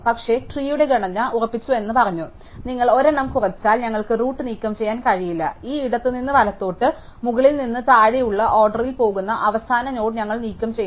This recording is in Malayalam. പക്ഷേ ട്രീയുടെ ഘടന ഉറപ്പിച്ചുവെന്ന് ഞങ്ങൾ പറഞ്ഞു നിങ്ങൾ ഒരെണ്ണം കുറച്ചാൽ ഞങ്ങൾക്ക് റൂട്ട് നീക്കംചെയ്യാൻ കഴിയില്ല ഈ ഇടത്തുനിന്ന് വലത്തോട്ട് മുകളിൽ നിന്ന് താഴെയുള്ള ഓർഡറിൽ പോകുന്ന അവസാന നോഡ് ഞങ്ങൾ നീക്കംചെയ്യണം